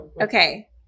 okay